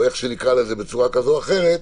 או איך שנקרא לזה בצורה כזו או אחרת,